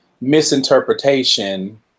misinterpretation